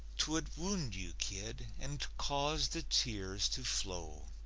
twould wound you, kid, and cause the tears to flow.